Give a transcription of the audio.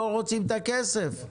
לא רוצים את הכסף.